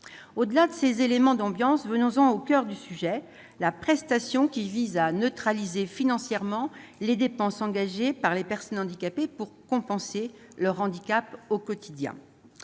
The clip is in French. Au-delà de ces éléments d'ambiance, venons-en au coeur du sujet : la prestation qui vise à neutraliser financièrement les dépenses engagées par les personnes handicapées pour compenser leur handicap au quotidien.